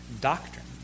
doctrine